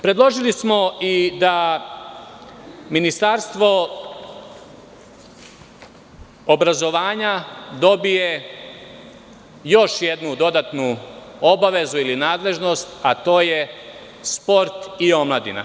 Predložili smo i da Ministarstvo obrazovanja dobije još jednu dodatnu obavezu ili nadležnost, a to je sport i omladina.